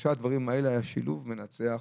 שלושת הדברים הללו היו שילוב מנצח.